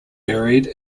buried